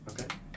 Okay